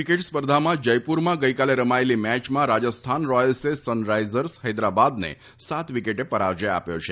cricket સ્પર્ધામાં જયપુરમાં ગઇકાલે રમાયેલી મેચમાં રાજસ્થાન રોયલ્સે સનરાઇઝર્સ હેદરાબાદને સાત વિકેટે પરાજય આપ્યો છે